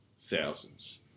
thousands